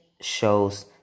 shows